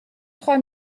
trois